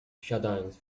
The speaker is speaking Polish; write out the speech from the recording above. siadając